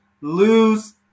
lose